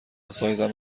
سایزم